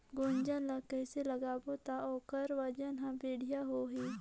गुनजा ला कइसे लगाबो ता ओकर वजन हर बेडिया आही?